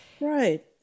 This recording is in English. Right